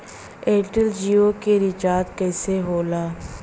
Airtel Jio के recharge कैसे होला?